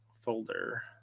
folder